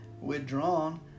withdrawn